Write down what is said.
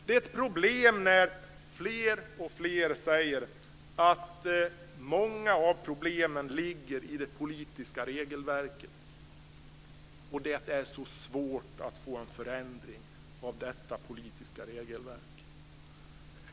Det är ett problem när fler och fler säger att många av problemen ligger i det politiska regelverket och att det är så svårt att få en förändring av detta politiska regelverk.